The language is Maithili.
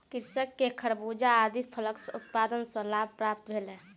कृषक के खरबूजा आदि फलक उत्पादन सॅ लाभ प्राप्त भेल